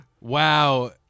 Wow